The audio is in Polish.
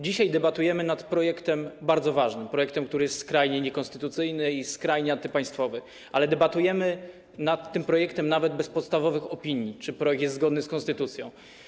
Dzisiaj debatujemy nad projektem bardzo ważnym, projektem, który jest skrajnie niekonstytucyjny i skrajnie antypaństwowy, jednak debatujemy nad tym projektem nawet bez podstawowych opinii o tym, czy projekt jest zgodny z konstytucją.